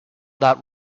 that